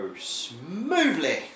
smoothly